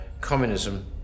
communism